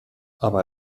aber